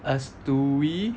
stewie